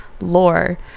lore